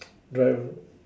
drive